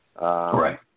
Right